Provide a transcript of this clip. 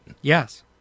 Yes